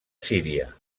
síria